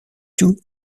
two